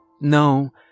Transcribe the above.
No